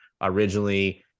originally